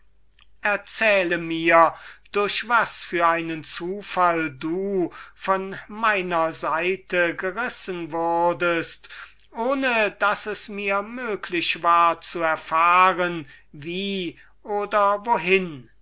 erzähle mir durch was für einen zufall wurdest du von meiner seite gerissen ohne daß es mir möglich war zu erfahren wie oder wohin